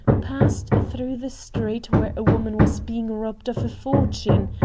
passed through the street where a woman was being robbed of a fortune,